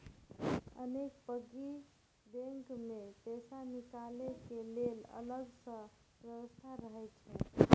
अनेक piggy bank मे पैसा निकालै के लेल अलग सं व्यवस्था रहै छै